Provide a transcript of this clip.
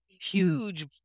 huge